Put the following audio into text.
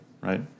right